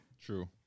True